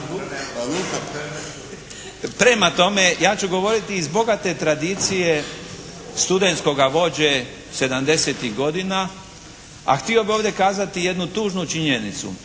Prema tome ja ću govoriti iz bogate tradicije studentskoga vođe 70-tih godina, a htio bih ovdje kazati jednu tužnu činjenicu